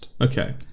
Okay